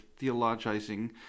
theologizing